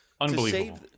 Unbelievable